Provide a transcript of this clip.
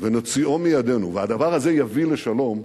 ונוציאו מידינו, והדבר הזה יביא לשלום,